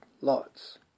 lots